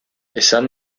esan